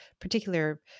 particular